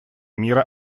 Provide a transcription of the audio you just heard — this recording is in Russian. мира